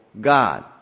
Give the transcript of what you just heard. God